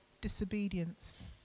disobedience